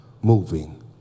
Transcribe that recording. moving